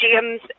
James